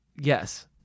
Yes